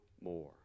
more